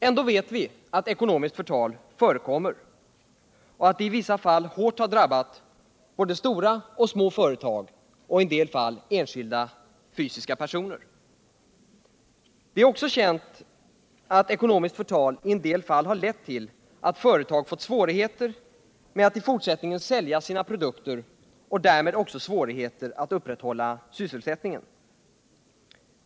Ändå vet vi att ekonomiskt förtal förekommer och att det i vissa fall hårt har drabbat både stora och små företag samt enskilda fysiska personer. Det är också känt att ekonomiskt förtal i en del fall har lett till att företag fått svårigheter med att i fortsättningen sälja sina produkter och därmed också svårigheter att upprätthålla anställningen.